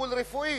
לטיפול רפואי.